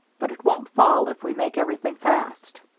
but it won't fall if we make everything fast.